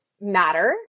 matter